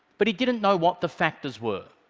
but he didn't know what the factors were.